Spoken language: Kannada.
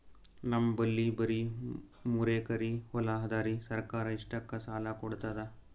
ನಮ್ ಬಲ್ಲಿ ಬರಿ ಮೂರೆಕರಿ ಹೊಲಾ ಅದರಿ, ಸರ್ಕಾರ ಇಷ್ಟಕ್ಕ ಸಾಲಾ ಕೊಡತದಾ?